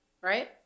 right